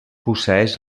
posseeix